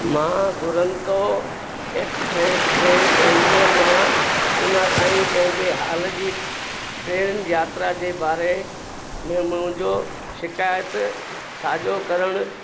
मां दुरंतो एक्सप्रेस ते बैंगलोर मां पूना ताईं पंहिंजे हाल जी ट्रेन यात्रा जे बारे मुंहिंजो शिकायत साझो करणु